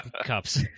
cups